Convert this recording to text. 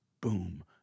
boom